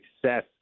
success